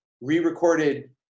re-recorded